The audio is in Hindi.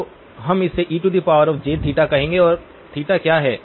तो हम इसे ejθ कहेंगे और क्या है